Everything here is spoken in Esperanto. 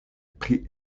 pri